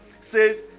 says